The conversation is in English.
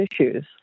issues